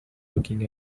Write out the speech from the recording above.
looking